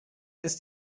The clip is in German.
ist